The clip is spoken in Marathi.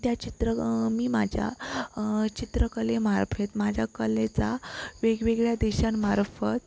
त्या चित्र मी माझ्या चित्रकलेमार्फेत माझ्या कलेचा वेगवेगळ्या देशांमार्फत